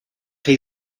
chi